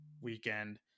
weekend